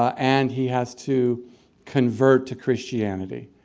and he has to convert to christianity.